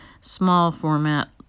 small-format